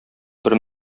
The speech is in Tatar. бер